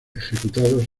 ejecutados